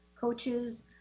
coaches